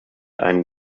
einem